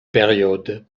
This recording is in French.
période